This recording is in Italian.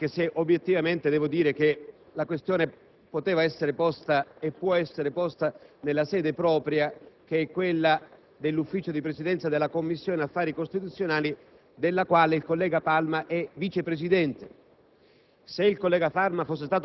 Palma, anche se obiettivamente debbo dire che poteva e può essere posta nella sede propria, che è quella dell'Ufficio di Presidenza della Commissione affari costituzionali, della quale il collega Palma è vice presidente.